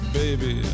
baby